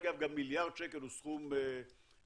אגב, גם מיליארד שקל הוא סכום נמוך,